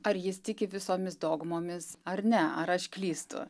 ar jis tiki visomis dogmomis ar ne ar aš klystu